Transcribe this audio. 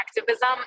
activism